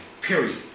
period